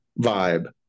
vibe